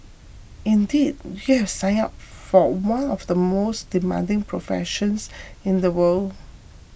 indeed you have signed up for one of the most demanding professions in the world